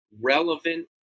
relevant